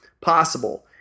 possible